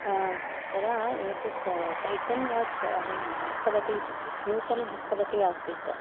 तदा एतत् टाैटन् वाच् अहं हस्तघटी नूतन हस्तघटी आसीत्